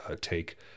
Take